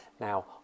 now